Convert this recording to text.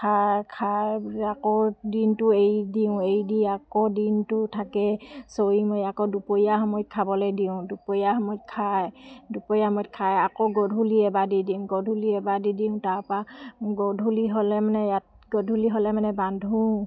খাই খাই বোলে আকৌ দিনতো এৰি দিওঁ এৰি দি আকৌ দিনতো থাকে চৰি মেলি আকৌ দুপৰীয়া সময়ত খাবলৈ দিওঁ দুপৰীয়া সময়ত খায় দুপৰীয়া সময়ত খায় আকৌ গধূলি এবাৰ দি দিওঁ গধূলি এবাৰ দি দিওঁ তাৰপৰা গধূলি হ'লে মানে ইয়াত গধূলি হ'লে মানে বান্ধো